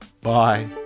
Bye